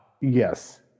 Yes